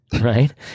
Right